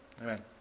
amen